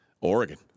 Oregon